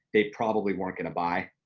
they probably weren't gonna buy.